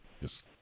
Yes